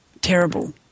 terrible